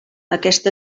aquest